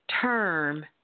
term